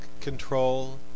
control